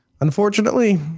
Unfortunately